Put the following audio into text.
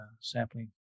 sampling